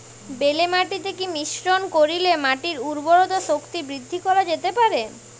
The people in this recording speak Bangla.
বেলে মাটিতে কি মিশ্রণ করিলে মাটির উর্বরতা শক্তি বৃদ্ধি করা যেতে পারে?